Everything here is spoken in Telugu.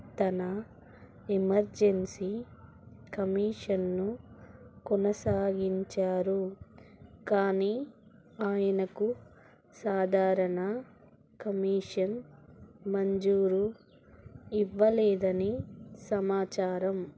తన ఎమర్జెన్సీ కమిషన్ను కొనసాగించారు కానీ ఆయనకు సాధారణ కమిషన్ మంజూరు ఇవ్వలేదని సమాచారం